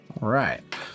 Right